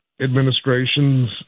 administration's